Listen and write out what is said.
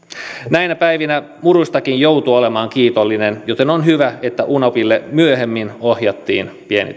näinä päivinä muruistakin joutuu olemaan kiitollinen joten on hyvä että unepille myöhemmin ohjattiin pieni tuki